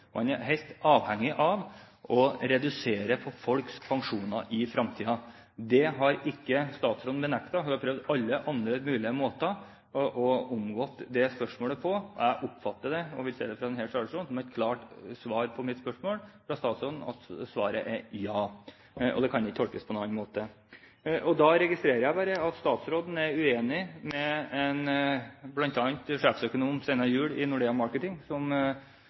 Man er altså helt avhengig av å redusere folks pensjoner i fremtiden. Det har ikke statsråden benektet. Hun har prøvd alle andre mulige måter å omgå dette spørsmålet på, og jeg oppfatter det – og vil si det fra denne talerstolen – som et klart svar på mitt spørsmål til statsråden, at svaret er ja, og det kan ikke tolkes på noen annen måte. Da registrerer jeg bare at statsråden er uenig med bl.a. sjeføkonom Steinar Juel i Nordea Markets som